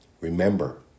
Remember